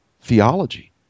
theology